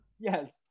yes